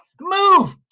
move